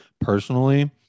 personally